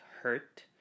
hurt